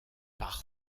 par